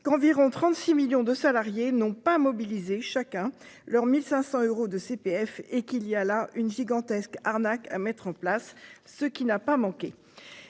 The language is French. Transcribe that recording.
qu'environ 36 millions de salariés n'ont pas mobilisé chacun leur 1500 euros de CPF et qu'il y a là une gigantesque arnaque à mettre en place ce qui n'a pas manqué.